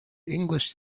english